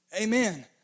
Amen